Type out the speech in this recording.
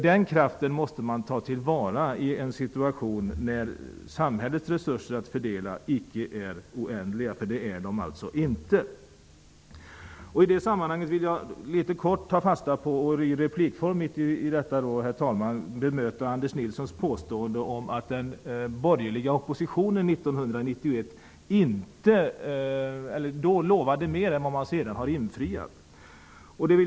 Den kraften måste tas till vara i en situation där samhällets resurser inte är oändliga. I det här sammanhanget vill jag -- i replikform -- ta fasta på Anders Nilssons påstående att den borgerliga oppositionen 1991 lovade mer än vad som senare infriades.